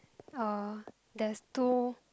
oh there's two